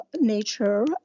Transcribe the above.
nature